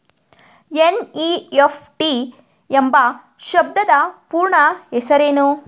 NEFT ಎಂಬ ಶಬ್ದದ ಪೂರ್ಣ ಹೆಸರೇನು?